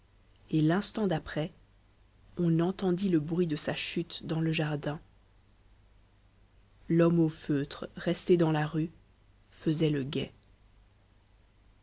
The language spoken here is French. et l'instant d'après on entendit le bruit de sa chute dans le jardin l'homme au feutre resté dans la rue faisait le guet